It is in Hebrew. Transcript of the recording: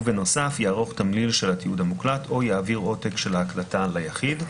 ובנוסף יערוך תמליל של התיעוד המוקלט או יעביר עותק של ההקלטה ליחיד.